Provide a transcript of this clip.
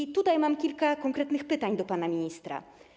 I tutaj mam kilka konkretnych pytań do pana ministra.